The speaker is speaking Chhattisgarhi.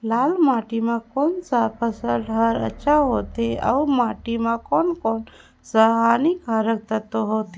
लाल माटी मां कोन सा फसल ह अच्छा होथे अउर माटी म कोन कोन स हानिकारक तत्व होथे?